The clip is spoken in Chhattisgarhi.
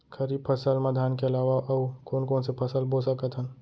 खरीफ फसल मा धान के अलावा अऊ कोन कोन से फसल बो सकत हन?